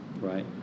right